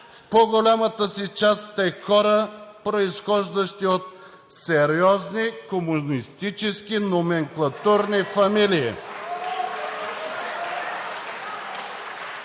в по-голямата си част сте хора, произхождащи от сериозни комунистически номенклатурни фамилии.